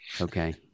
Okay